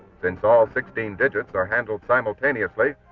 since all sixteen digits are handled simultaneously,